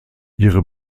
ihre